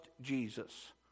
Jesus